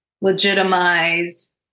legitimize